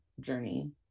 journey